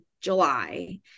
July